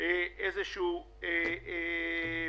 איזה שהוא פיצוי.